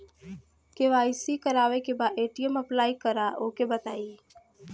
KYC करावे के बा ए.टी.एम अप्लाई करा ओके बताई?